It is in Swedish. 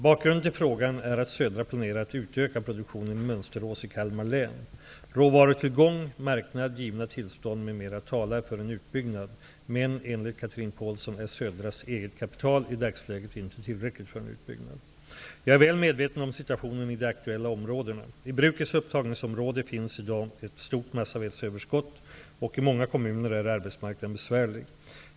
Bakgrunden till frågan är att Södra planerar att utöka produktionen i Mönsterås i Kalmar län. Råvarutillgång, marknad, givna tillstånd m.m. talar för en utbyggnad, men enligt Chatrine Pålsson är Södras eget kapital i dagsläget inte tillräckligt för en utbyggnad. Jag är väl medveten om situationen i de aktuella områdena. I brukets upptagningsområde finns i dag ett stort massavedsöverskott, och i många kommuner är arbetsmarknaden besvärlig.